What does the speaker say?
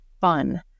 fun